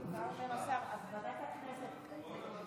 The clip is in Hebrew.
לדעתי ועדת החוקה.